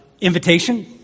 invitation